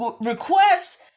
Requests